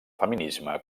feminisme